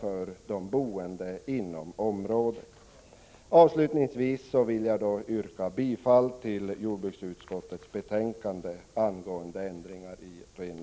för de boende inom området. Herr talman! Jag yrkar bifall till jordbruksutskottets hemställan.